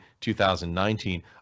2019